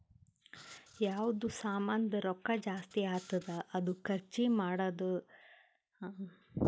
ಯಾವ್ದು ಸಾಮಾಂದ್ ರೊಕ್ಕಾ ಜಾಸ್ತಿ ಆತ್ತುದ್ ಅದೂ ಖರ್ದಿ ಮಾಡದ್ದು ಕಮ್ಮಿ ಆತ್ತುದ್ ಅಲ್ಲಾ ಅದ್ದುಕ ಇನ್ಫ್ಲೇಷನ್ ಅಂತಾರ್